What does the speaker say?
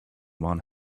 one